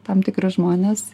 tam tikri žmonės